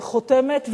חותמת,